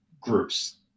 groups